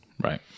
right